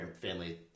family